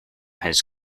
his